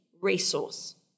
resource